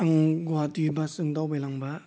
आं गुवाहाटि बासजों दावबाय लांबा